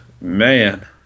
Man